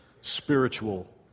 spiritual